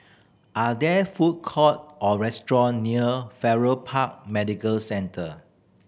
are there food courts or restaurants near Farrer Park Medical Centre